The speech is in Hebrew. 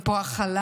אין פה הכלה,